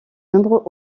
nombreux